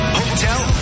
hotel